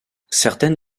certaines